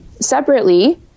Separately